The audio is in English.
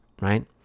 right